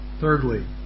Thirdly